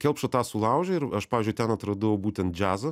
kelpša tą sulaužė ir aš pavyzdžiui ten atradau būtent džiazą